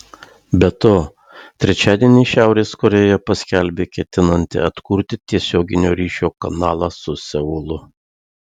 be to trečiadienį šiaurės korėja paskelbė ketinanti atkurti tiesioginio ryšio kanalą su seulu